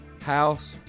house